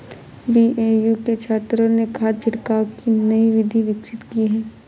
BAU के छात्रों ने खाद छिड़काव की नई विधि विकसित की है